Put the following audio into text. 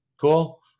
Cool